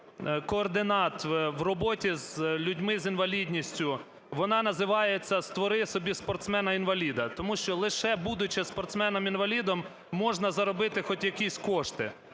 координат в роботі з людьми з інвалідністю, вона називається "створи собі спортсмена-інваліда", тому що, лише будучи спортсменом-інвалідом, можна заробити хоч якісь кошти.